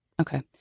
Okay